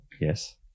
Yes